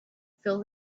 fill